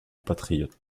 patriote